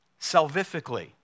salvifically